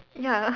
ya